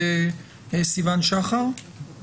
האחרונים מאז שהיה נוסח כללי שיכולנו להתייחס